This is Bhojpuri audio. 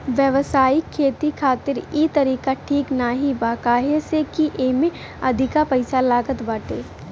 व्यावसायिक खेती खातिर इ तरीका ठीक नाही बा काहे से की एमे अधिका पईसा लागत बाटे